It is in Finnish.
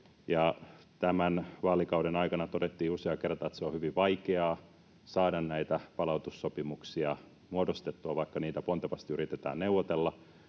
tämän vaalikauden aikana todettiin useaan kertaan, että on hyvin vaikeaa saada näitä palautussopimuksia muodostettua, vaikka niitä pontevasti yritetään neuvotella.